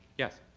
yes?